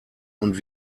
und